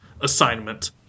assignment